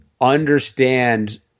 understand